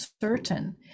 certain